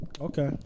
Okay